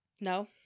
no